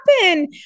happen